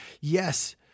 Yes